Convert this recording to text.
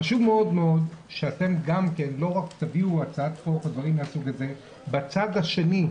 חשוב מאוד שאתם לא רק תביאו הצעת חוק אלא בצד השני,